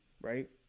right